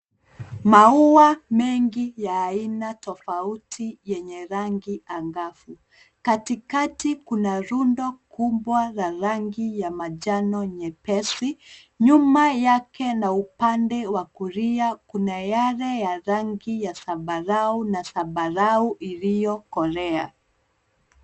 Maua mengi ya aina tofauti yenye rangi angavu katikati kuna rundo kubwa la rangi ya manjano nyepesi. Nyuma yake na upande wa kulia kuna yale ya rangi ya zambarau na zambarau iliyo kolea.